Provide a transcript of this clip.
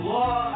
law